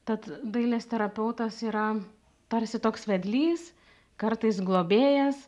tad dailės terapeutas yra tarsi toks vedlys kartais globėjas